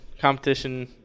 Competition